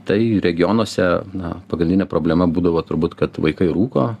tai regionuose na pagrindinė problema būdavo turbūt kad vaikai rūko